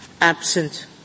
absent